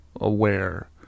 aware